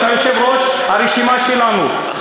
אתה יושב-ראש הרשימה שלנו,